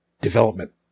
Development